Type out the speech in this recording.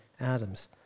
Adams